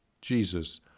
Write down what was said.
Jesus